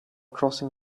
crossing